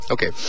Okay।